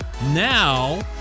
Now